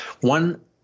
One